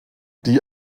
die